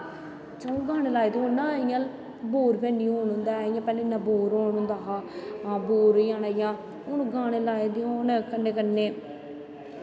गानें लाए दे होन ना इयां बोर बी नी होन होंदा ऐ इयां पैह्लें इन्ना बोर होन होंदा हा बोर होई जाना इयां हून गानें लाए दे होन में कन्नै कन्नैं